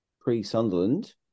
pre-Sunderland